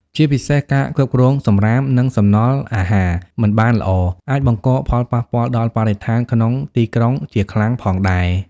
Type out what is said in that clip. ជាពិសេសការគ្រប់គ្រងសំរាម និងសំណល់អាហារមិនបានល្អ អាចបង្កផលប៉ះពាល់ដល់បរិស្ថានក្នុងទីក្រុងជាខ្លាំងផងដែរ ។